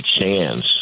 chance